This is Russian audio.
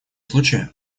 случае